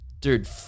dude